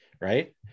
right